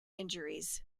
injuries